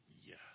yes